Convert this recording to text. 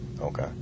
okay